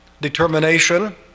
determination